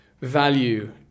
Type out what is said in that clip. value